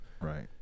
right